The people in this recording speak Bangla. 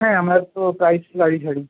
হ্যাঁ আমরা তো প্রায়ই গাড়ি ছাড়ি